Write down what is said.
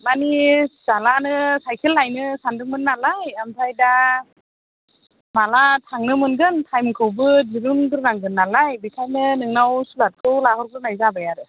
मानि फिसालानो साइखेल लायनो सान्दोंमोन नालाय ओमफाय दा माला थांनो मोनगोन टाइमखौबो दिरुनगोरनांगोन नालाय बेखायनो नोंनाव सुलादखौ लाहोग्रोनाय जाबाय आरो